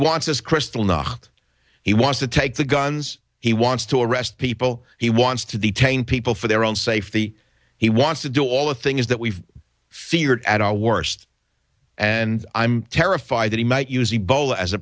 wants this kristallnacht he wants to take the guns he wants to arrest people he wants to detain people for their own safety he wants to do all the things that we've feared at our worst and i'm terrified that he might use ebola as a